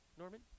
Norman